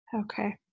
Okay